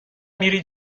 میری